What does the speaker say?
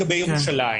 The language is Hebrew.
לגבי ירושלים